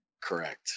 Correct